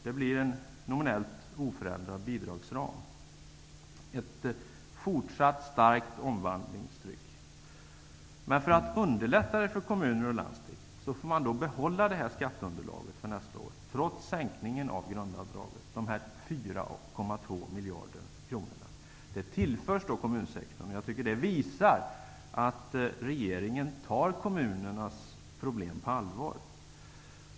Det blir en nominellt oförändrad bidragsram och ett fortsatt starkt omvandlingstryck. För att underlätta för kommuner och landsting får de behålla samma skatteunderlag för nästa år, trots sänkningen av grundavdraget. Det handlar om 4,2 miljarder kronor, som tillförs kommunsektorn. Det visar att regeringen tar kommunernas problem på allvar.